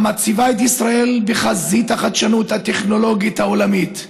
המציבה את ישראל בחזית החדשנות הטכנולוגית העולמית.